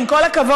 עם כל הכבוד.